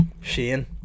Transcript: Shane